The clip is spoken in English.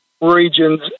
regions